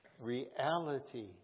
reality